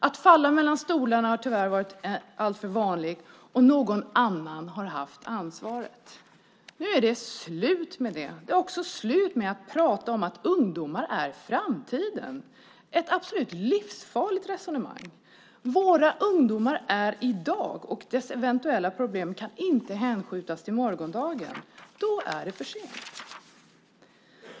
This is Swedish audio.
Att falla mellan stolarna har tyvärr varit alltför vanligt, och någon annan har haft ansvaret. Nu är det slut med det. Det är också slut med att prata om att ungdomar är framtiden. Det är ett absolut livsfarligt resonemang. Våra ungdomar är i dag, och deras eventuella problem kan inte hänskjutas till morgondagen. Då är det för sent.